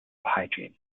hygiene